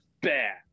bad